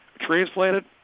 transplanted